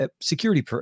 security